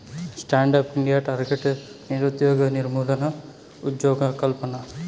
stand up India target నిరుద్యోగ నిర్మూలన, ఉజ్జోగకల్పన